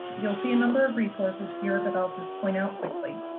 you'll see a number of resources here that i'll just point out quickly.